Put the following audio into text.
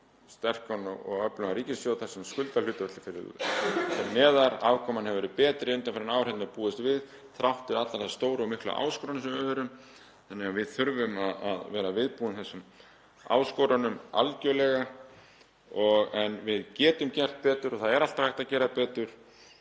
með sterkan og öflugan ríkissjóð þar sem skuldahlutföllin lækka, afkoman hefur verið betri undanfarin ár en búist var við þrátt fyrir allar þær stóru og miklu áskoranir sem við höfum þannig að við þurfum að vera viðbúin þessum áskorunum algerlega. En við getum gert betur og það er alltaf hægt að gera betur